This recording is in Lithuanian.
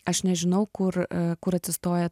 aš nežinau kur kur atsistoja